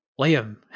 Liam